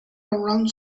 around